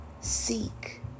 Seek